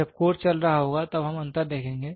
जब कोर्स चल रहा होगा तब हम अंतर देखेंगे